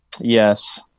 Yes